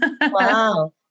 Wow